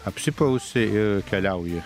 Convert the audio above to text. apsiprausi ir keliauji